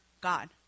God